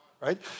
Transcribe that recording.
right